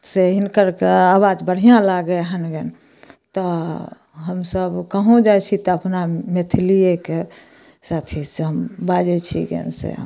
से हिनकर तऽ आवाज बढ़िऑं लागैहन गए तऽ हमसब कहूँ जाइ छी तऽ अपना मैथलीए कए से अथी से हम बाजै छी गन से हम